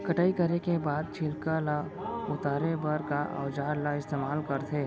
कटाई करे के बाद छिलका ल उतारे बर का औजार ल इस्तेमाल करथे?